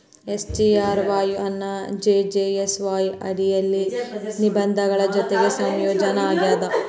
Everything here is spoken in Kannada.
ಎಸ್.ಜಿ.ಆರ್.ವಾಯ್ ಎನ್ನಾ ಜೆ.ಜೇ.ಎಸ್.ವಾಯ್ ಅಡಿಯಲ್ಲಿ ನಿಬಂಧನೆಗಳ ಜೊತಿ ಸಂಯೋಜನಿ ಆಗ್ಯಾದ